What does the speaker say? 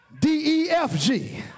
D-E-F-G